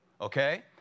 okay